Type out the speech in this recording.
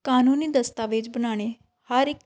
ਕਾਨੂੰਨੀ ਦਸਤਾਵੇਜ਼ ਬਣਾਉਣੇ ਹਰ ਇੱਕ